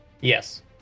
Yes